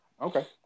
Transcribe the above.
okay